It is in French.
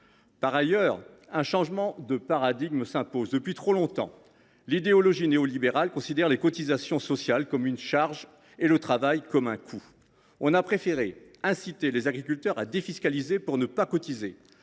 Par ailleurs, un changement de paradigme s’impose. Depuis trop longtemps, les adeptes de l’idéologie néolibérale considèrent les cotisations sociales comme une charge et le travail comme un coût. On a préféré inciter les agriculteurs à défiscaliser pour ne pas cotiser,